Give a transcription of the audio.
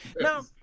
Now